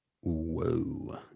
Whoa